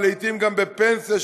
לעתים גם בפנסיה,